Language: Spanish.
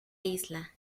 isla